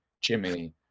Jimmy